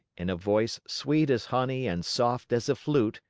in a voice sweet as honey and soft as a flute,